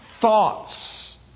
thoughts